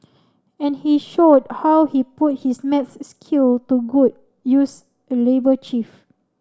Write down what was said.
and he showed how he put his math skill to good use the labour chief